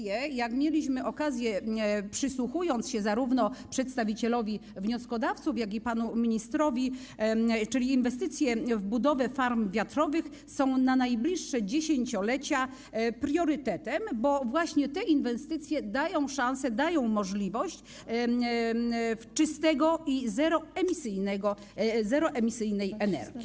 Jak mieliśmy okazję dowiedzieć się, przysłuchując się zarówno przedstawicielowi wnioskodawców, jak i panu ministrowi, inwestycje w budowę farm wiatrowych są na najbliższe dziesięciolecia priorytetem, bo właśnie te inwestycje dają szansę, dają możliwość uzyskania czystej i zeroemisyjnej energii.